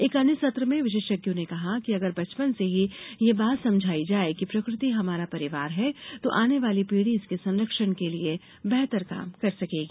एक अन्य सत्र में विशेषज्ञों ने कहा कि अगर बचपन से ही ये बात समझाई जाये कि प्रकृति हमारा परिवार है तो आने वाली पीढ़ी इसके संरक्षण के लिए बेहतर काम कर सकेगी